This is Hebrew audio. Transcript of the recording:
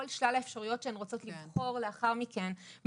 שלל האפשרויות שהן רוצות לבחור לאחר מכן.